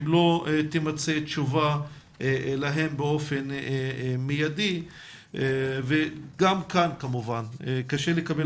אם לא תימצא תשובה להם באופן מיידי וגם כאן כמובן קשה לקבל